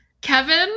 Kevin